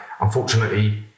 Unfortunately